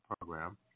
program